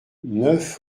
neuf